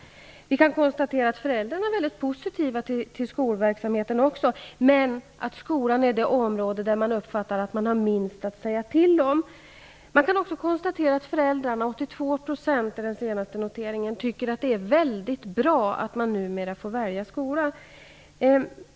Vi kan konstatera att föräldrarna också är mycket positiva till skolverksamheten, men att skolan är det område där man uppfattar att man har minst att säga till om. Vi kan också konstatera att föräldrarna -- 82 % är den senaste noteringen -- tycker att det är mycket bra att man numera får välja skola.